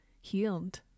healed